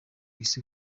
isi